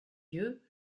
yeux